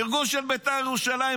ארגון אוהדים של בית"ר ירושלים,